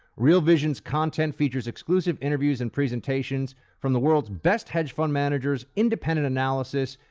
real vision's content features exclusive interviews and presentations from the world's best hedge fund managers, independent analysis,